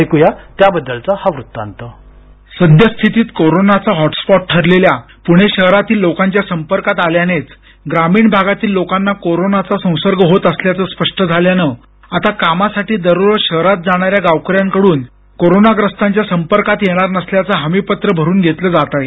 ऐकू या त्याबद्दलचा हा वृत्तांत सद्यस्थितीत कोरोनाचा हॉटस्पॉट ठरलेल्या पूणे शहरातील लोकांच्या संपर्कात आल्यानेच ग्रामीण भागातील लोकांना कोरोनाचा संसर्ग होत असल्याचं स्पष्ट झाल्यानं आता कामासाठी दररोज शहरात जाणाऱ्या गावकऱ्यांकडून कोरोनाग्रस्तांच्या संपर्कात येणार नसल्याचं हमीपत्र भरून घेतलं जात आहे